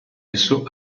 esso